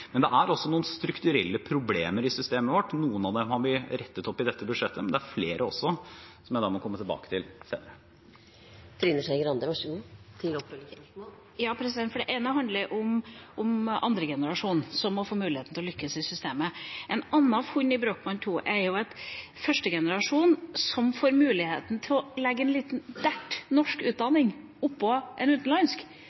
Men det er også noen strukturelle problemer i systemet vårt. Noen av dem har vi rettet opp i dette budsjettet, men det er også flere, som jeg må komme tilbake til senere. Det ene handler om andregenerasjonen, som må få muligheten til å lykkes i systemet. Et annet funn i Brochmann II-utredningen er at førstegenerasjonen som får muligheten til å legge en liten dert norsk